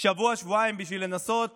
שבוע-שבועיים כדי לנסות